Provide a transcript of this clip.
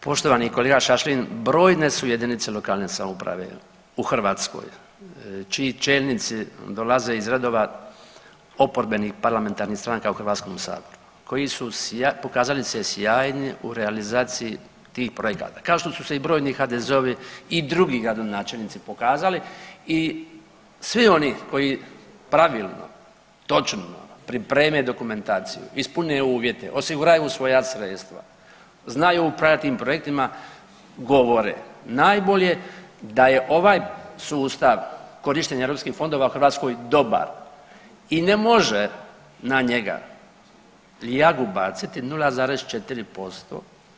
Poštovani kolega Šašlin, brojne su jedinice lokalne samouprave u Hrvatskoj čiji čelnici dolaze iz redova oporbenih parlamentarnih stranaka u Hrvatskom saboru koji su pokazali se sjajni u realizaciji tih projekata kao što su se i brojni HDZ-ovi i drugi gradonačelnici pokazali i svi oni koji pravilno, točno pripreme dokumentaciju, ispune uvjete, osiguraju svoja sredstva, znaju upravljati tim projektima govore najbolje da je ovaj sustav korištenje europskih fondova u Hrvatskoj dobar i ne može na njega ljagu baciti 0,4%